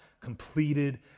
completed